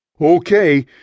Okay